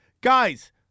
Guys